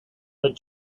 that